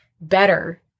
better